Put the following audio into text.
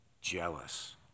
jealous